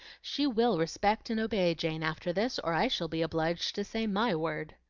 she will respect and obey jane after this, or i shall be obliged to say my word.